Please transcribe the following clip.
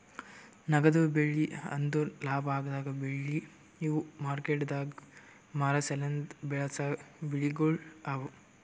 ನಗದು ಬೆಳಿ ಅಂದುರ್ ಲಾಭ ಆಗದ್ ಬೆಳಿ ಇವು ಮಾರ್ಕೆಟದಾಗ್ ಮಾರ ಸಲೆಂದ್ ಬೆಳಸಾ ಬೆಳಿಗೊಳ್ ಅವಾ